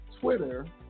Twitter